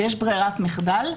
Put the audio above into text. שיש ברירת מחדל,